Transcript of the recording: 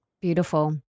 Beautiful